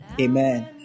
Amen